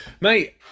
Mate